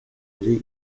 iri